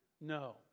No